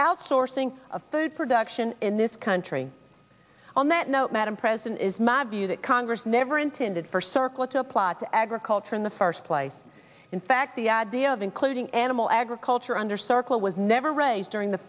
outsourcing of food production in this country on that note madam president is my view that congress never intended for circlip to apply to agriculture in the first place in fact the idea of including animal agriculture under circle was never raised during the